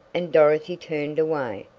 and dorothy turned away.